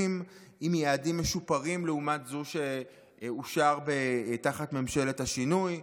עם יעדים משופרים לעומת זה שאושר תחת ממשלת השינוי.